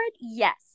yes